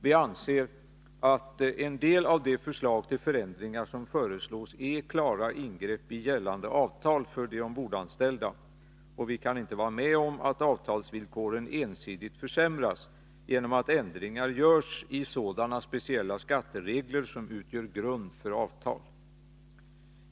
Vi anser att en del av de förslag till förändringar som framläggs är klara ingrepp i gällande avtal för de ombordanställda, och vi kan inte vara med om att avtalsvillkoren ensidigt försämras genom att ändringar görs i sådana speciella skatteregler som utgör grund för avtal.